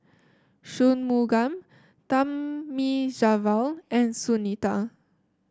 Shunmugam Thamizhavel and Sunita